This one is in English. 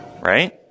right